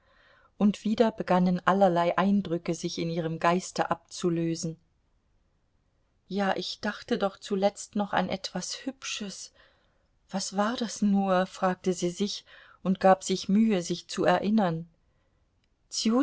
und wieder begannen allerlei eindrücke sich in ihrem geiste abzulösen ja ich dachte doch zuletzt noch an etwas hübsches was war das nur fragte sie sich und gab sich mühe sich zu erinnern